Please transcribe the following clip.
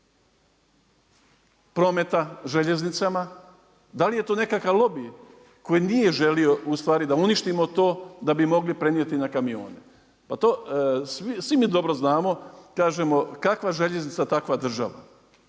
prometa željeznicama? Da li je to nekakav lobij koji nije želio ustvari da uništimo to da bi mogli prenijeti na kamione. Pa to svi mi dobro znamo kažemo kakva željeznica takva država.